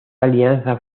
alianza